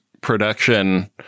production